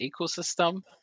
ecosystem